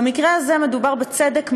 במקרה הזה מדובר בצדק מיוחד,